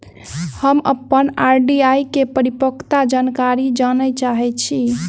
हम अप्पन आर.डी केँ परिपक्वता जानकारी जानऽ चाहै छी